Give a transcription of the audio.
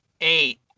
eight